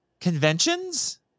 conventions